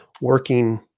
working